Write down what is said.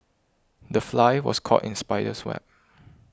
the fly was caught in spider's web